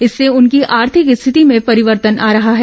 इससे उनकी आर्थिक स्थिति में परिवर्तन आ रहा है